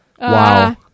Wow